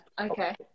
okay